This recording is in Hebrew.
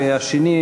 והשני,